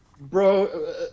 bro